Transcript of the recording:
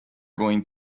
going